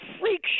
freak